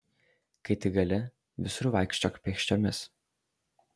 kai tik gali visur vaikščiok pėsčiomis